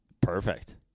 Perfect